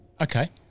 Okay